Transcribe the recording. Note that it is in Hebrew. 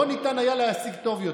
לא ניתן היה להשיג טוב יותר.